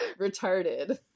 retarded